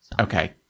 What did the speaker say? Okay